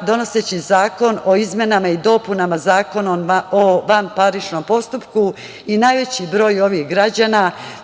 donoseći zakon o izmenama i dopunama Zakona o vanparničnom postupku i najveći broj ovih građana